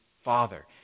father